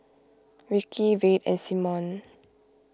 Vickey Red and Simone